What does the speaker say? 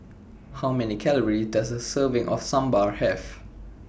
How Many calorie Does A Serving of Sambar Have